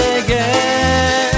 again